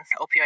opioid